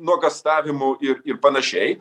nuogąstavimų ir ir panašiai